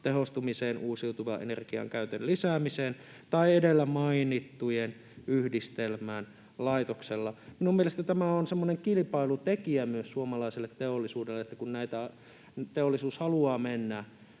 tehostumiseen, uusiutuvan energian käytön lisäämiseen tai edellä mainittujen yhdistelmään laitoksella. Minun mielestäni tämä on semmoinen kilpailutekijä myös suomalaiselle teollisuudelle, että kun teollisuus haluaa mennä